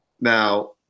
Now